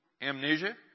Amnesia